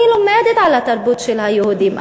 אני לומדת על התרבות של היהודים,